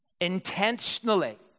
Intentionally